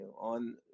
on